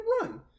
run